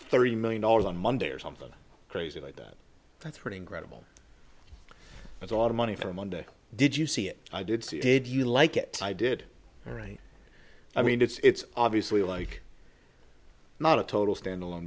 thirty million dollars on monday or something crazy like that that's pretty incredible that's a lot of money for a monday did you see it i did see did you like it i did all right i mean it's obviously like not a total stand alone